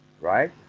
right